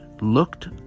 looked